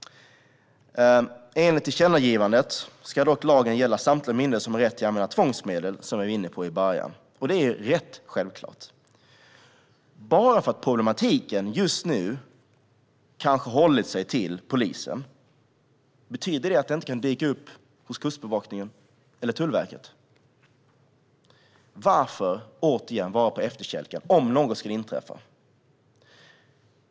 Enligt tillkännagivandet ska dock lagen gälla samtliga myndigheter som har rätt att använda tvångsmedel, som jag var inne på i början, och det är rätt självklart. Bara för att problemet just nu rört just polisen, betyder det då att det inte kan dyka upp hos Kustbevakningen eller Tullverket? Varför, återigen, vara på efterkälken om något skulle inträffa?